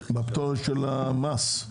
הפטור של המס.